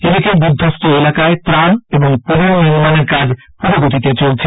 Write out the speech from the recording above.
এদিকে বিধ্বস্ত এলাকায় ত্রান ও পুননির্মানের কাজ পুরো গতিতে চলছে